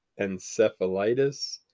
encephalitis